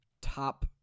top